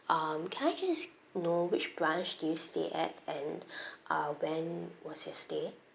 um can I just know which branch do you stay at and uh when was your stay